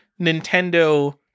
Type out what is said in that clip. Nintendo